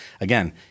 again